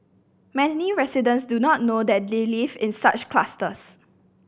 many residents do not know that they live in such clusters